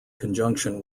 conjunction